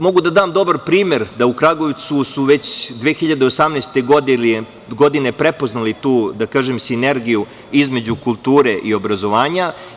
Mogu da dam dobar primer da su u Kragujevcu već 2018. godine prepoznali tu sienergiju između kulture i obrazovanja.